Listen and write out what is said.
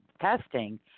testing